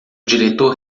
diretor